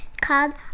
called